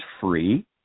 free